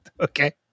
Okay